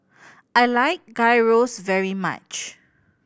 I like Gyros very much